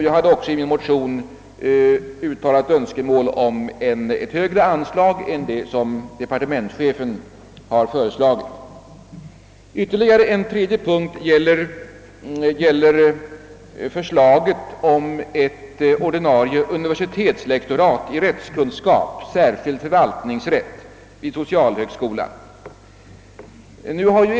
Jag har i min motion också uttalat önskemål om ett högre anslag än vad departementschefen föreslagit. Den tredje punkten gäller förslaget om inrättandet av ett ordinarie universitetslektorat i rättskunskap, särskilt förvaltningsrätt, vid högskolan i Örebro.